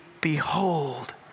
behold